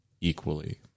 equally